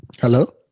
Hello